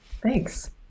Thanks